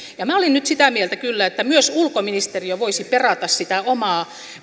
minä olen nyt sitä mieltä kyllä että myös ulkoministeriö voisi perata sitä omaa